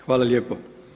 Hvala lijepo.